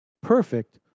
perfect